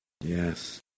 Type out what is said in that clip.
Yes